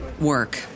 work